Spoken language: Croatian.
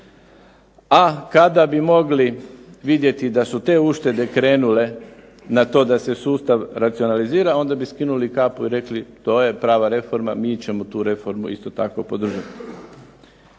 A kada bi mogli vidjeti da su te uštede krenule na to da se sustav racionalizira, onda bi skinuli kapu i rekli, to je prava reforma, mi ćemo tu istu reformu podržati.